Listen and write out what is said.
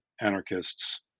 anarchists